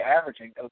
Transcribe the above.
averaging